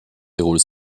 déroule